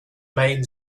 main